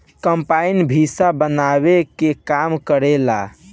combine भूसा बानावे के काम करेला